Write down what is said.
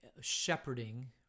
shepherding